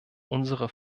unsere